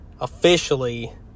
officially